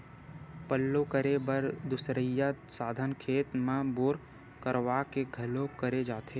पल्लो करे बर दुसरइया साधन खेत म बोर करवा के घलोक करे जाथे